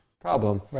problem